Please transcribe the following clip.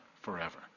forever